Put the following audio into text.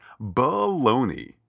baloney